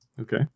okay